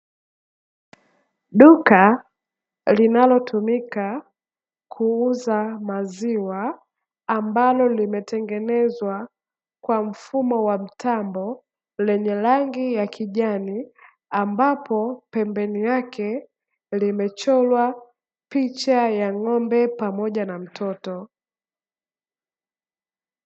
Duka linalotumika kuuza maziwa, ambalo limetengenezwa kwa mfumo wa mtambo, lenye rangi ya kijani, ambapo pembeni yake limechorwa picha ya ng'ombe pamoja na mtoto.